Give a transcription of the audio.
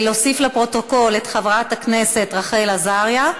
להוסיף לפרוטוקול את חברת הכנסת רחל עזריה,